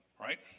right